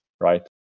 right